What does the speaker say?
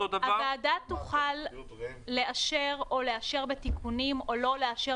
הוועדה תוכל לאשר או לאשר בתיקונים או לא לאשר